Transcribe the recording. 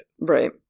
Right